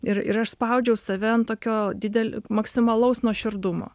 ir ir aš spaudžiau save ant tokio didel maksimalaus nuoširdumo